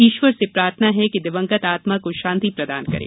ईश्वर से प्रार्थना है कि दिवंगत आत्मा को शान्ति प्रदान करे